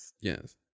Yes